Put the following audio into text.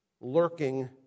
lurking